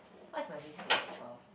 what is my least favourite chore